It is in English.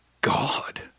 God